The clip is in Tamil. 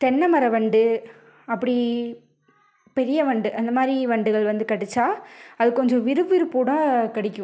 தென்னைமர வண்டு அப்படி பெரிய வண்டு அந்தமாதிரி வண்டுகள் வந்து கடித்தா அது கொஞ்சம் விறுவிறுப்போடு கடிக்கும்